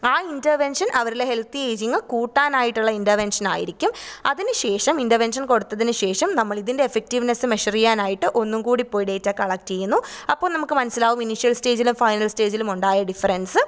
ആ ഇൻ്റെർവെൻഷൻ അവരിലെ healthy ageing കൂട്ടാനായിട്ടുള്ള ഇൻ്റർവെൻഷൻ ആയിരിക്കും അതിനുശേഷം ഇൻ്റെർവെൻഷൻ കൊടുത്തതിനുശേഷം നമ്മൾ ഇതിൻ്റെ എഫക്ടീവ്നെസ്സ് മെഷർ ചെയ്യാനായിട്ട് ഒന്നുങ്കൂടി പോയി ഡേറ്റ കളക്റ്റ് ചെയ്യുന്നു അപ്പോൾ നമുക്ക് മനസ്സിലാകും ഇനിഷ്യൽ സ്റ്റേജിലും ഫൈനൽ സ്റ്റേജിലുമുണ്ടായ ഡിഫറൻസ്